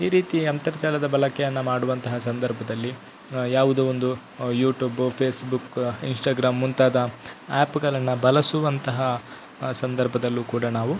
ಈ ರೀತಿ ಅಂತರ್ಜಾಲದ ಬಳಕೆಯನ್ನು ಮಾಡುವಂತಹ ಸಂದರ್ಭದಲ್ಲಿ ಯಾವುದೋ ಒಂದು ಯೂಟೂಬ್ ಫೇಸ್ಬುಕ್ ಇನ್ಷ್ಟಾಗ್ರಾಮ್ ಮುಂತಾದ ಆ್ಯಪ್ಗಳನ್ನು ಬಳಸುವಂತಹ ಸಂದರ್ಭದಲ್ಲೂ ಕೂಡ ನಾವು